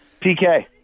PK